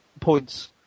points